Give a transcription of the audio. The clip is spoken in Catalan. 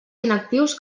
inactius